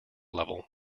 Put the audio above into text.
level